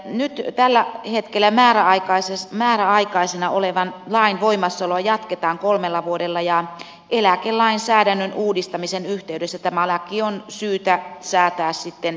nyt tällä hetkellä määräaikaisena olevan lain voimassaoloa jatketaan kolmella vuodella ja eläkelainsäädännön uudistamisen yhteydessä tämä laki on syytä säätää sitten pysyväksi